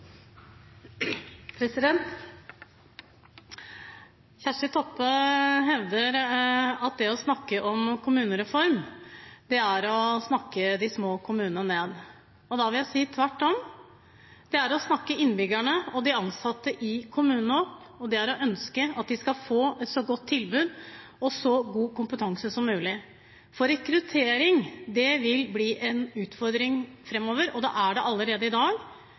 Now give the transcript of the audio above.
Kjersti Toppe hevder at det å snakke om kommunereform er å snakke de små kommunene ned. Jeg vil si tvert om. Det er å snakke innbyggerne og de ansatte i kommunene opp, og det er å ønske at de skal få et så godt tilbud og så god kompetanse som mulig. Rekruttering blir en utfordring framover og er det allerede i dag.